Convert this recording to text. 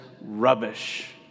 rubbish